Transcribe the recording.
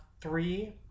three